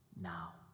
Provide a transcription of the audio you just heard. now